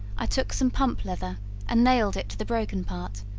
i took some pump leather and nailed it to the broken part,